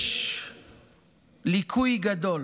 יש ליקוי גדול